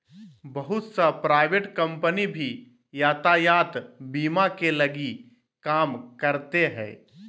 बहुत सा private company भी यातायात बीमा के लगी काम करते हइ